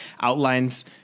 outlines